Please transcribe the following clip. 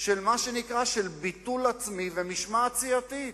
של ביטול עצמי ומשמעת סיעתית.